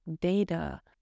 data